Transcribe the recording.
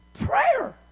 Prayer